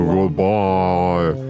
Goodbye